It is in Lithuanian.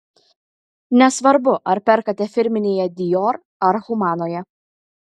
nesvarbu ar perkate firminėje dior ar humanoje